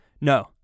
no